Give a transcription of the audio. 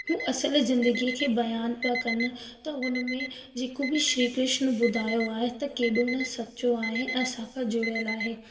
हू असुलु ज़िंदगी खे ब्यानु पिया कनि त उन में जेको बि श्री कृष्ण ॿुधायो आहे त केॾो न सचो आहे ऐं असांखां जुड़ियलु आहे